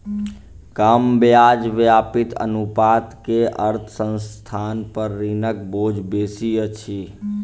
कम ब्याज व्याप्ति अनुपात के अर्थ संस्थान पर ऋणक बोझ बेसी अछि